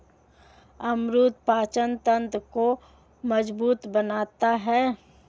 अमरूद पाचन तंत्र को मजबूत बनाता है